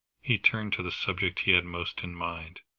he turned to the subject he had most in mind,